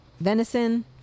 venison